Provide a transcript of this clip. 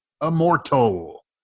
immortal